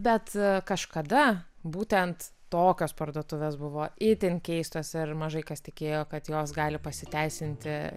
bet kažkada būtent tokios parduotuvės buvo itin keistos ir mažai kas tikėjo kad jos gali pasiteisinti